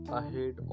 ahead